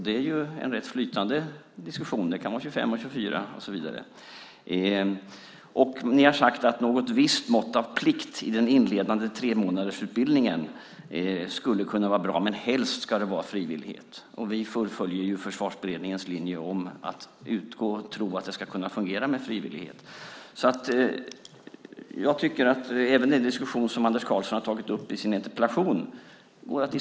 Det är en rätt flytande diskussion - det kan vara 25, 24 och så vidare. Ni har sagt att något visst mått av plikt i den inledande tremånadersutbildningen skulle kunna vara bra, men helst ska det vara frivillighet. Vi fullföljer ju Försvarsberedningens linje om att tro att det ska fungera med frivillighet. Det går även att diskutera vad Anders Karlsson har tagit upp i sin interpellation.